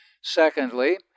Secondly